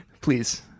Please